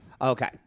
Okay